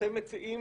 אתם מציעים